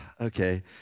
okay